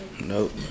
Nope